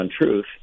Untruth